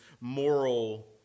moral